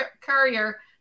courier